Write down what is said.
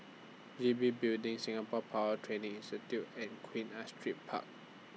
G B Building Singapore Power Training Institute and Queen Astrid Park